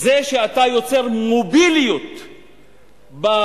זה שאתה יוצר מוביליות בהמונים,